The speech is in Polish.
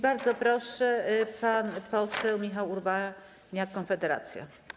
Bardzo proszę, pan poseł Michał Urbaniak, Konfederacja.